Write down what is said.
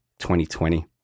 2020